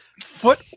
foot